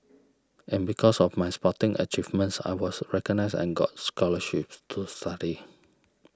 and because of my sporting achievements I was recognised and got scholarships to study